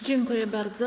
Dziękuję bardzo.